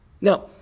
Now